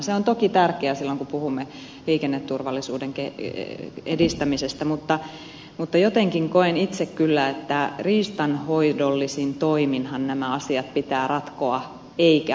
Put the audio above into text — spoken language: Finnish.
se on toki tärkeä silloin kun puhumme liikenneturvallisuuden edistämisestä mutta jotenkin koen itse kyllä että riistanhoidollisin toiminhan nämä asiat pitää ratkoa eikä luonnonsuojelulaissa